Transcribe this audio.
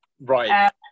Right